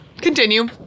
Continue